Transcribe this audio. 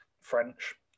French